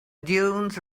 dunes